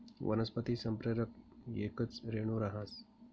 वनस्पती संप्रेरक येकच रेणू रहास